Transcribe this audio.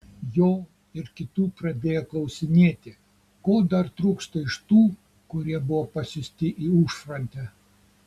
jo ir kitų pradėjo klausinėti ko dar trūksta iš tų kurie buvo pasiųsti į užfrontę